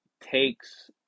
takes